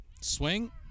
Swing